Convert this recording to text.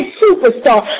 superstar